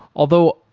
although,